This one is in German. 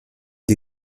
die